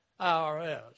IRS